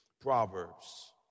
Proverbs